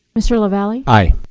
mr. lavalley. aye.